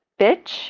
bitch